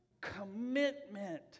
commitment